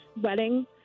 wedding